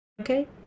okay